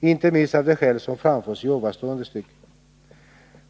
inte minst av de skäl jag nyss anfört.